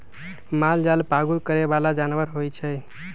मालजाल पागुर करे बला जानवर होइ छइ